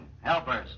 helpers